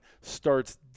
starts